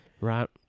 Right